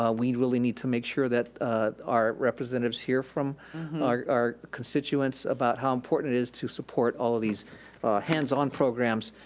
ah we really need to make sure that our representative hear from our constituents about how important it is to support all of these hands on programs.